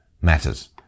matters